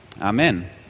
Amen